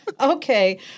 Okay